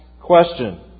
question